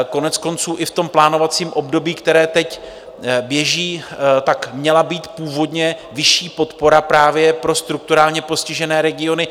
Koneckonců i v tom plánovacím období, které teď běží, měla být původně vyšší podpora právě pro strukturálně postižené regiony.